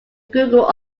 google